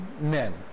men